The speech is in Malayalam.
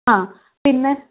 പിന്നെ